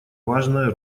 важная